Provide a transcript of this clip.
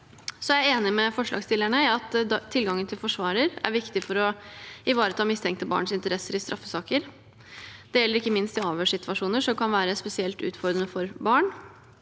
Jeg er enig med forslagsstillerne i at tilgangen til forsvarer er viktig for å ivareta mistenkte barns interesser i straffesaker. Det gjelder ikke minst i avhørssituasjoner, som kan være spesielt utfordrende for barn.